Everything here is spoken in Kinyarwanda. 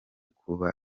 kuba